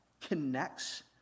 connects